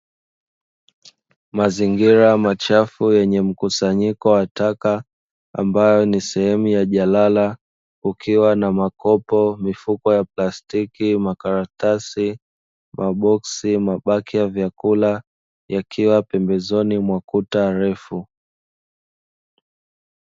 Mazingira machafu yenye mkusanyiko wa taka ambayo ni sehemu ya jalala kukiwa na makopo, mifuko ya plastiki, makaratasi, maboksi, mabaki ya vyakula yakiwa pembezoni mwa kuta refu.